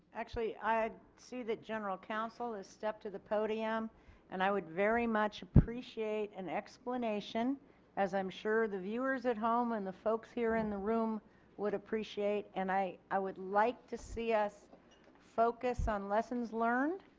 actually i see the general counsel has stepped to the podium and i would very much appreciate an explanation as i'm sure the viewers at home and the folks here in the room would appreciate. and i i would like to see us focus on lessons learned,